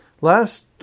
Last